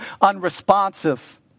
unresponsive